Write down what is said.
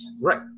Right